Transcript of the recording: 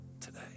today